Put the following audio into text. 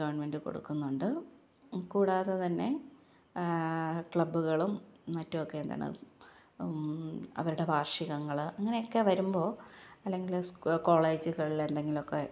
government കൊടുക്കുന്നുണ്ട് കൂടാതെ തന്നെ ക്ലബുകളും മറ്റുമൊക്കെ എന്താണ് അവരുടെ വാര്ഷികങ്ങൾ അങ്ങനെയൊക്കെ വരുമ്പോൾ അല്ലെങ്കിൽ സ്കൂ കോളേജുകളില് എന്തെങ്കിലുമൊക്കെ